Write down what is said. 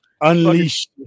Unleash